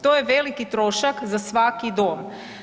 To je veliki trošak za svaki dom.